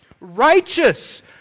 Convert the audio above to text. Righteous